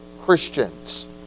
Christians